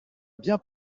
bien